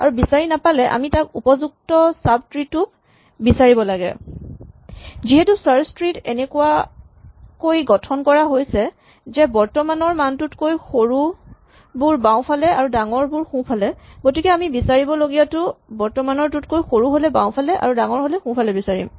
আৰু বিচাৰি নাপালে আমি তাক উপযুক্ত চাব ট্ৰী টোত বিচাৰিব লাগে যিহেতু চাৰ্চ ট্ৰী টো এনেকুৱাকৈ গঠন কৰা হৈছে যে বৰ্তমান ৰ মানটোতকৈ সৰুবোৰ বাওঁফালে আৰু ডাঙৰবোৰ সোঁফালে গতিকে আমি বিচাৰিবলগীয়াটো বৰ্তমানৰটোতকৈ সৰু হ'লে বাওঁফালে আৰু ডাঙৰ হ'লে সোঁফালে বিচাৰিম